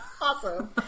Awesome